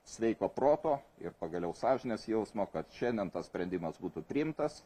sveiko proto ir pagaliau sąžinės jausmo kad šiandien tas sprendimas būtų priimtas